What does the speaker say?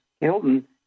Hilton